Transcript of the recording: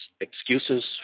excuses